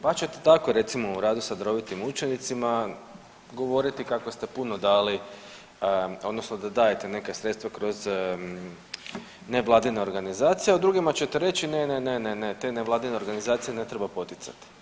Pa ćete tako recimo u radu sa darovitim učenicima govoriti kako ste puno dali odnosno da dajete neka sredstva kroz nevladine organizacije, a u drugima ćete reći ne, ne, ne, te nevladine organizacije ne treba poticati.